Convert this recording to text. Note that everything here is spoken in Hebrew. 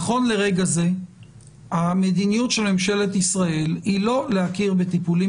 נכון לרגע זה המדיניות של ממשלת ישראל היא לא להכיר בטיפולים